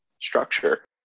structure